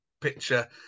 picture